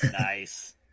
Nice